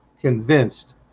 convinced